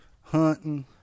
hunting